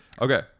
Okay